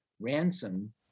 ransom